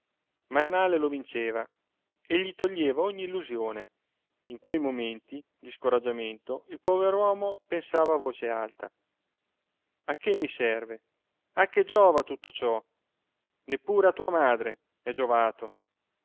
ma il male lo vinceva e gli toglieva ogni illusione in quei momenti di scoraggiamento il pover'uomo pensava a voce alta a che mi serve a che giova tutto ciò neppure a tua madre è giovato